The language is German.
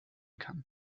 kann